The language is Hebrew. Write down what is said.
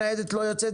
ניידת לא יוצאת,